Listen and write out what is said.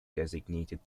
designated